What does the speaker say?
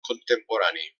contemporani